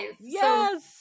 Yes